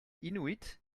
inuit